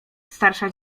starsza